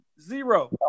zero